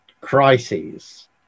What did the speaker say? crises